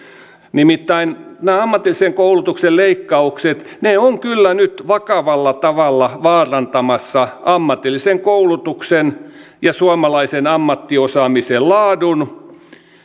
nimittäin nämä ammatillisen koulutuksen leikkaukset ovat kyllä nyt vakavalla tavalla vaarantamassa ammatillisen koulutuksen ja suomalaisen ammattiosaamisen laadun